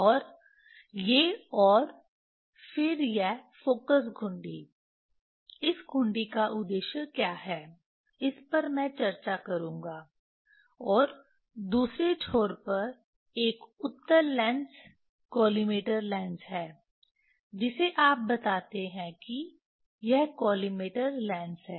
और ये और फिर यह फोकस घुंडी इस घुंडी का उद्देश्य क्या है इस पर मैं चर्चा करूंगा और दूसरे छोर पर एक उत्तल लेंस कॉलिमेटर लेंस है जिसे आप बताते हैं कि यह कॉलिमेटर लेंस है